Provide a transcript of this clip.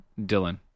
Dylan